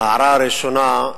ההערה הראשונה,